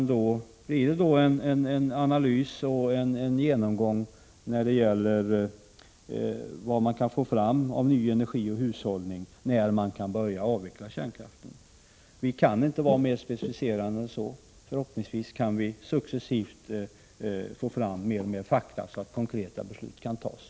Det görs där en analys och en genomgång av vad som kan tas fram i fråga om ny energi och hushållning när kärnkraften kan börja avvecklas. Vi kan inte specificera mer än så. Förhoppningsvis kan vi successivt få fram mera fakta så att konkreta beslut kan fattas.